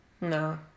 No